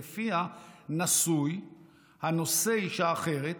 שלפיה "נשוי הנושא אישה אחרת,